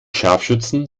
scharfschützen